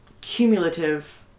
cumulative